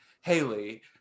Haley